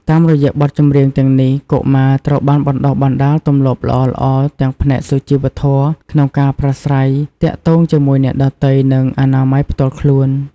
តាមរយៈបទចម្រៀងទាំងនេះ កុមារត្រូវបានបណ្ដុះបណ្ដាលទម្លាប់ល្អៗទាំងផ្នែកសុជីវធម៌ក្នុងការប្រាស្រ័យទាក់ទងជាមួយអ្នកដទៃ និងអនាម័យផ្ទាល់ខ្លួន។